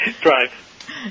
Drive